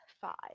five